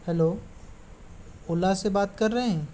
hello Ola से बात कर रहे हैं